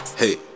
hey